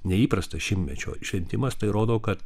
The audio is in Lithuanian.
neįprastas šimtmečio šventimas tai rodo kad